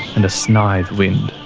and a snithe wind.